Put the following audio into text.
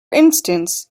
instance